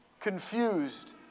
confused